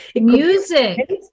Music